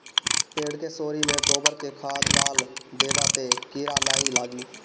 पेड़ के सोरी में गोबर के खाद डाल देबअ तअ कीरा नाइ लागी